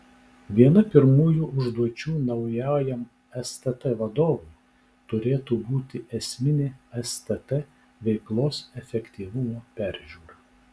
viena pirmųjų užduočių naujajam stt vadovui turėtų būti esminė stt veiklos efektyvumo peržiūra